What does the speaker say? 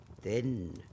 Then